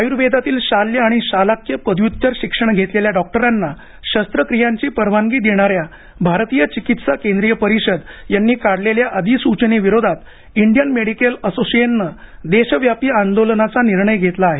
आयुर्वेदातील शाल्य आणि शालाक्य पदव्युत्तर शिक्षण घेतलेल्या डॉक्टरांना शस्त्रक्रियांची परवानगी देणाऱ्या भारतीय चिकित्सा केंद्रीय परिषद यांनी काढलेल्या अधिसूचनेविरोधात इंडियन मेडिकल असोसिएशन नं देशव्यापी आंदोलनचा निर्णय घेतला आहे